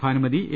Bhanumathi A